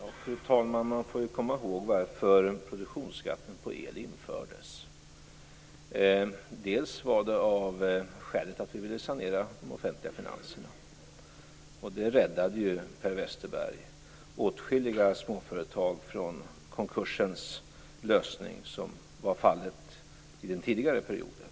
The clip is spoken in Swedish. Fru talman! Man får komma ihåg varför produktionsskatten på el infördes. Ett av skälen var att vi ville sanera de offentliga finanserna. Det räddade, Per Westerberg, åtskilliga småföretag från konkurs, vilket var vanligt under den tidigare perioden.